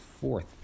fourth